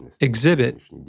exhibit